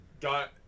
got